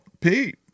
Pete